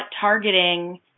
targeting